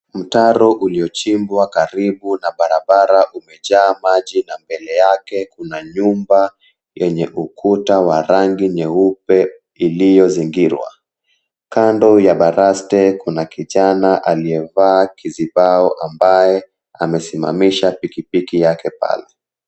Mtaro uliochimbwa karibu na barabra umejaa maji na mbele yake kuna nyumba yenye ukuta wa rangi nyeupe iliozingirwa. Kando ya baraste kuna kijana aliyevaa kizibao ambaye amesimamisha pikipiki yake pale.